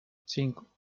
cinco